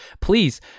please